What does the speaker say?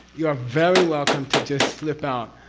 yeah very welcome to just slip out,